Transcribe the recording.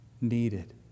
needed